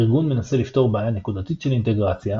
ארגון מנסה לפתור בעיה נקודתית של אינטגרציה.